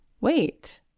wait